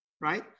right